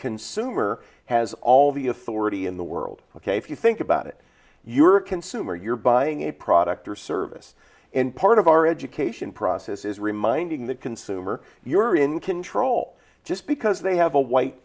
consumer has all the authority in the world ok if you think about it you're a consumer you're buying a product or service and part of our education process is reminding the consumer you're in control just because they have a white